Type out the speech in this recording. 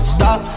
Stop